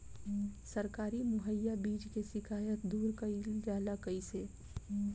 सरकारी मुहैया बीज के शिकायत दूर कईल जाला कईसे?